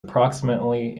approximately